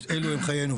אז אלו הם חיינו.